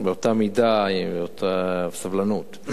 באותה מידה, באותה סבלנות.